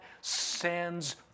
sends